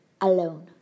alone